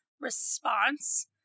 response